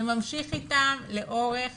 אלא זה ממשיך אתם לאורך